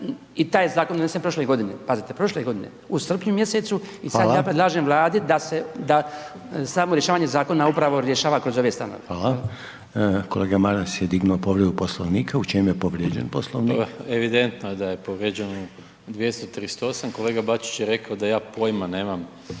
i taj je zakon donesen prošle godine, pazite prošle godine u srpnju mjesecu i sad ja predlažem Vladi …/Upadica: Hvala./… da samo rješavanje zakona upravo rješava kroz ove stanove. **Reiner, Željko (HDZ)** Hvala. Kolega Maras je dignuo povredu Poslovnika. U čemu je povrijeđen Poslovnik? **Maras, Gordan (SDP)** Evidentno je da je povrijeđen 238., kolega Bačić je rekao da ja poima nemam